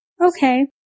Okay